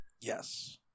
Yes